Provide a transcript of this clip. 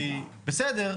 שהיא בסדר,